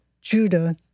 Judah